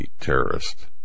terrorist